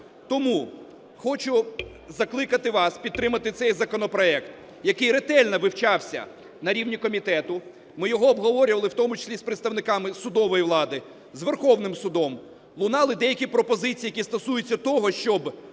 Тому хочу закликати вас підтримати цей законопроект, який ретельно вивчався на рівні комітету. Ми його обговорювали у тому числі з представниками судової влади, з Верховним Судом. Лунали деякі пропозиції, які стосуються того, щоб,